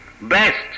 best